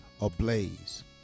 ablaze